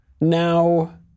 Now